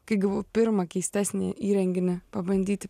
kai gavau pirmą keistesnį įrenginį pabandyti